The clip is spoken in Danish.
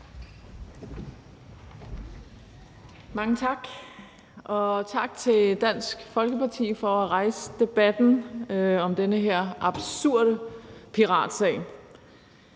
Mange tak. Og tak til Dansk Folkeparti for at rejse debatten om den her absurde piratsag.